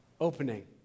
opening